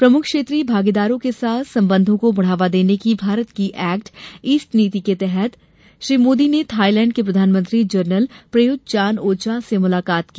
प्रमुख क्षेत्रीय भागीदारों के साथ संबंधों को बढ़ावा देने की भारत की एक्ट ईस्ट नीति के तहत श्री मोदी ने थाईलैंड के प्रधानमंत्री general Prayut Chan o cha से मुलाकात की